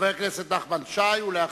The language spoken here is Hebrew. חבר הכנסת נחמן שי, בבקשה.